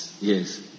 yes